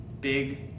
Big